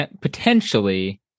potentially